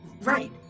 right